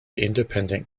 independent